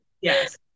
yes